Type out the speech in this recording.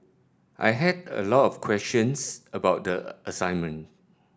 I had a lot of questions about the assignment